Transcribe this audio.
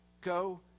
Go